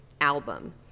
album